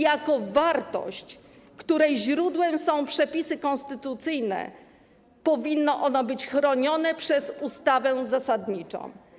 Jako wartość, której źródłem są przepisy konstytucyjne, powinno ono być chronione przez ustawę zasadniczą.